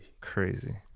Crazy